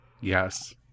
Yes